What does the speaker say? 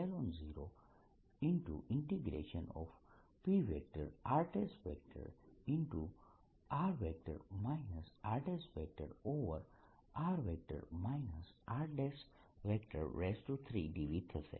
r rr r3dVથશે